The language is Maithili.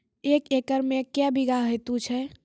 एक एकरऽ मे के बीघा हेतु छै?